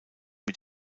mit